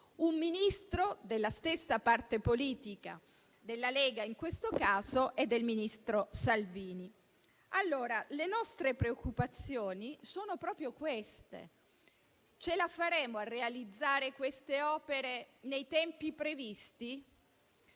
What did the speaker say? un Ministro della stessa parte politica della Lega, in questo caso, e del ministro Salvini. Le nostre preoccupazioni sono proprio queste: ce la faremo a realizzare queste opere nei tempi previsti?